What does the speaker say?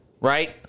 Right